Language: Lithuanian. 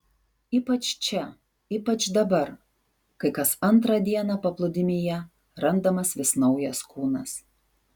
ypač čia ypač dabar kai kas antrą dieną paplūdimyje randamas vis naujas kūnas